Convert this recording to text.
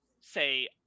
say